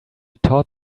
taught